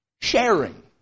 Sharing